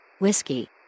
Whiskey